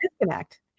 disconnect